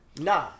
Nah